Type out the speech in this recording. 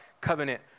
covenant